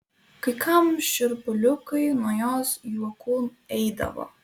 kai kam šiurpuliukai nuo jos juokų eidavo